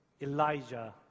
Elijah